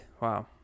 wow